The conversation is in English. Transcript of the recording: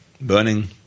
burning